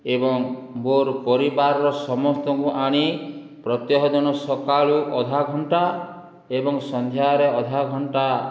ଏବଂ ମୋ'ର ପରିବାରର ସମସ୍ତଙ୍କୁ ଆଣି ପ୍ରତ୍ୟହ ଦିନ ସକାଳୁ ଅଧା ଘଣ୍ଟା ଏବଂ ସନ୍ଧ୍ୟାରେ ଅଧା ଘଣ୍ଟା